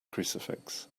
crucifix